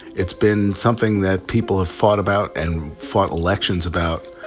it's been something that people have fought about and fought elections about.